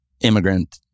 immigrant